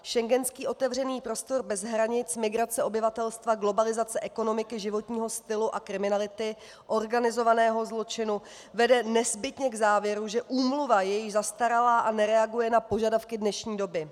Schengenský otevřený prostor bez hranic, migrace obyvatelstva, globalizace ekonomiky, životního stylu a kriminality, organizovaného zločinu vede nezbytně k závěru, že úmluva je již zastaralá a nereaguje na požadavky dnešní doby.